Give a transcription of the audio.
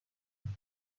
کنم